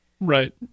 right